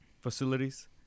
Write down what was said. facilities